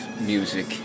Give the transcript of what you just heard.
music